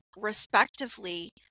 respectively